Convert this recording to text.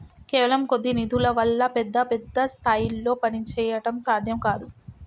కేవలం కొద్ది నిధుల వల్ల పెద్ద పెద్ద స్థాయిల్లో పనిచేయడం సాధ్యం కాదు